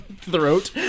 throat